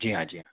जी हाँ जी हाँ